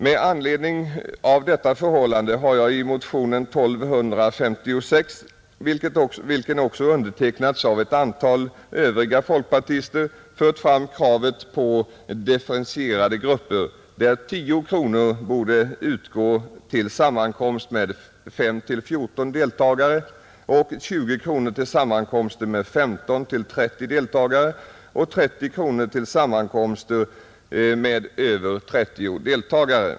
Med anledning av detta förhållande har jag i motionen 1256, vilken också undertecknats av ett antal övriga folkpartister, fört fram kravet på differentierade grupper, där 10 kronor borde utgå till sammankomst med 5-14 deltagare, 20 kronor till sammankomst med 15-30 deltagare och 30 kronor till sammankomst med över 30 deltagare.